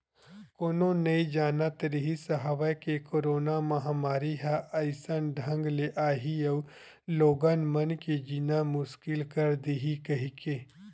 कोनो नइ जानत रिहिस हवय के करोना महामारी ह अइसन ढंग ले आही अउ लोगन मन के जीना मुसकिल कर दिही कहिके